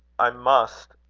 i must,